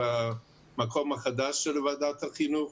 במקום החדש של ועדת החינוך.